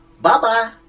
Bye-bye